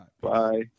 Bye